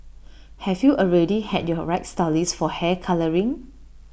have you already had your right stylist for hair colouring